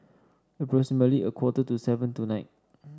a quarter to seven tonight